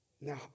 Now